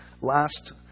last